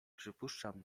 przypuszczam